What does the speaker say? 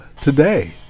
Today